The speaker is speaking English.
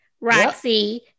Roxy